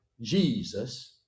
Jesus